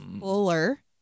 fuller